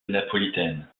napolitaine